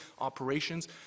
operations